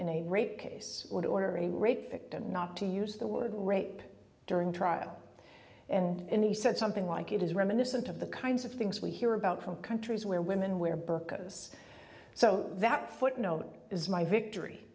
in a rape case would order a rape victim not to use the word rape during trial and he said something like it is reminiscent of the kinds of things we hear about from countries where women wear burkas so that footnote is my victory